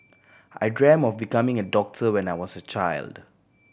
I dreamt of becoming a doctor when I was a child